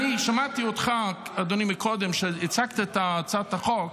אדוני, שמעתי אותך קודם כשהצגת את הצעת החוק.